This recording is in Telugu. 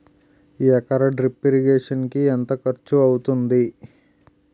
ఎకర డ్రిప్ ఇరిగేషన్ కి ఎంత ఖర్చు అవుతుంది?